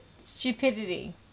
Stupidity